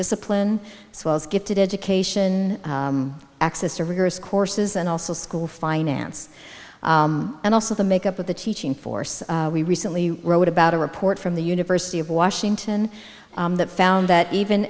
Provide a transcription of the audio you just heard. discipline swells gifted education access to rigorous courses and also school finance and also the make up of the teaching force we recently wrote about a report from the university of washington that found that even